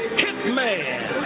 hitman